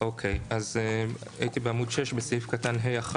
הייתי בעמ' 6, בסעיף (ה)(1),